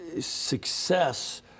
success